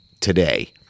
today